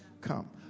come